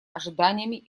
ожиданиями